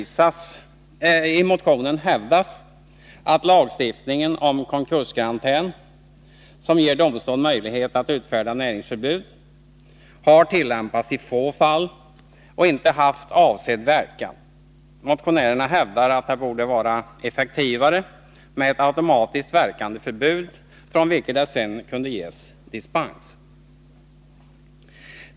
I motionen hävdas att lagstiftningen om konkurskarantän, som ger möjlighet att utfärda näringsförbud, har tillämpats i få fall och inte haft avsedd verkan. Motionärerna hävdar att det borde vara effektivare med ett automatiskt verkande förbud, från vilket det sedan kunde ges dispens.